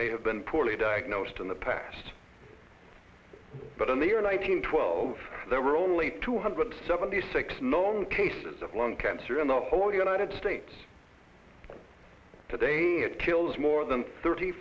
may have been poorly diagnosed in the past but in the year nine hundred twelve there were only two hundred seventy six known cases of lung cancer in the whole united states today it kills more than thirty